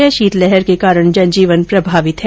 वहीं शीत लहर के कारण जन जीवन प्रभावित है